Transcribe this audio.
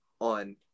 on